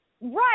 Right